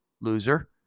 Loser